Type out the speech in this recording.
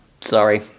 Sorry